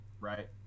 right